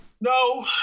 No